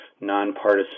nonpartisan